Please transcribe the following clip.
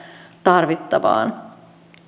tarvittavaan